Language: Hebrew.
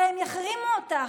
הרי הם יחרימו אותך.